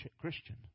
Christian